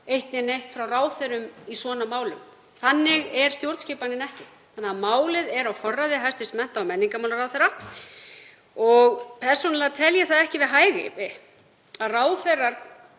eitt né neitt frá ráðherrum í svona málum. Þannig er stjórnskipanin ekki. Málið er á forræði hæstv. mennta- og menningarmálaráðherra og persónulega tel ég það ekki við hæfi að ráðherrar,